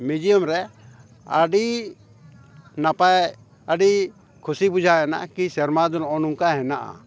museum ᱨᱮ ᱟᱹᱰᱤ ᱱᱟᱯᱟᱭ ᱟᱹᱰᱤ ᱠᱷᱩᱥᱤ ᱵᱩᱡᱷᱟᱹᱣᱮᱱᱟ ᱠᱤ ᱥᱮᱨᱢᱟ ᱫᱚ ᱱᱚᱜᱼᱚ ᱱᱚᱝᱠᱟ ᱦᱮᱱᱟᱜᱼᱟ